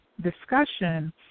discussion